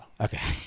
Okay